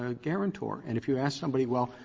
ah guarantor. and if you ask somebody, well,